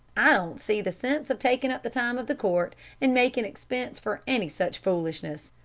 i don't see the sense of taking up the time of the court and makin' expense for any such foolishness.